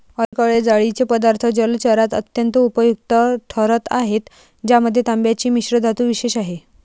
अलीकडे जाळीचे पदार्थ जलचरात अत्यंत उपयुक्त ठरत आहेत ज्यामध्ये तांब्याची मिश्रधातू विशेष आहे